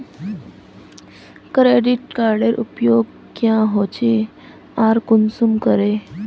Credit कार्डेर उपयोग क्याँ होचे आर कुंसम करे?